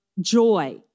joy